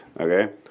Okay